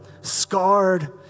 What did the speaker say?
scarred